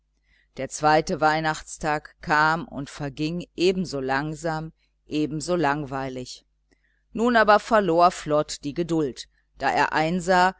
der zweite weihnachtstag kam und verging ebenso langsam ebenso langweilig aber nun verlor flod die geduld da er einsah